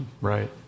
Right